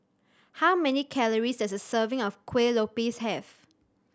how many calories does a serving of Kuih Lopes have